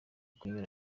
kunyuza